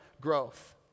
growth